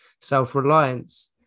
self-reliance